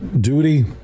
duty